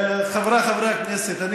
חבריי חברי הכנסת,